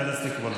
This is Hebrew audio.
איאלץ לקרוא,